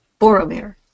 Boromir